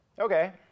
Okay